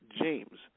James